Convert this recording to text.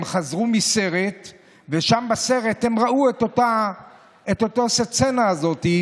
הם חזרו מסרט ושם בסרט הם ראו את הסצנה הזאת,